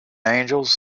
angels